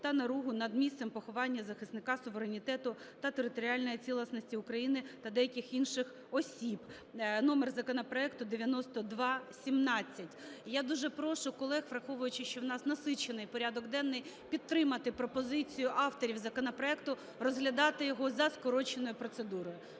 та наругу над місцем поховання захисника суверенітету та територіальної цілісності України та деяких інших осіб (номер законопроекту 9217). І я дуже прошу колег, враховуючи, що в нас насичений порядок денний, підтримати пропозицію авторів законопроекту розглядати його за скороченою процедурою.